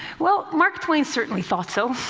well, mark twain certainly thought so.